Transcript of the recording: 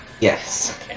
Yes